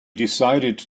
decided